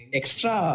extra